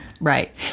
right